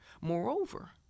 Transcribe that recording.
Moreover